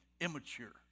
immature